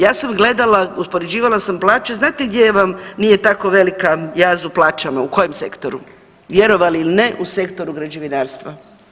Ja sam gledala, uspoređivala sam plaće, znate gdje vam nije tako velika jaz u plaćama u kojem sektoru, vjerovali ili ne u sektoru građevinarstva.